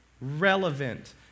relevant